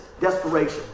Desperation